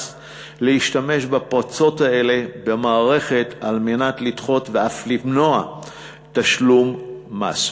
להשתמש בפרצות האלה במערכת על מנת לדחות ואף למנוע תשלום מס.